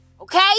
Okay